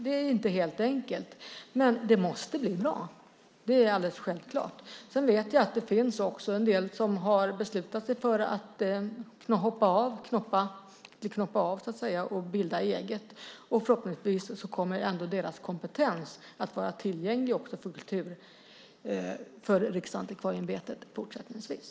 Det är inte helt enkelt, men det måste bli bra. Det är alldeles självklart. Sedan vet jag att det också finns en del som har beslutat sig för att hoppa av och knoppa av och bilda eget. Förhoppningsvis kommer deras kompetens ändå att vara tillgänglig för Riksantikvarieämbetet fortsättningsvis.